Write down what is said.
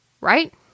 right